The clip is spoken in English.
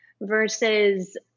versus